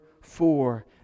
four